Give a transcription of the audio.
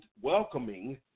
welcoming